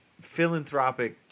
philanthropic